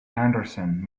anderson